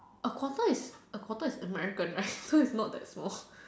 a quarter is a quarter is American right so it's not that small